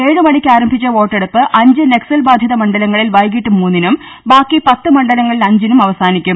ഏഴു മണിക്ക് ആരംഭിച്ച വോട്ടെടുപ്പ് അഞ്ച് നക്സൽ ബാധിത മണ്ഡലങ്ങളിൽ വൈകിട്ട് മൂന്നിനും ബാക്കി പത്ത് മണ്ഡലങ്ങളിൽ അഞ്ചിനും അവസാനിക്കും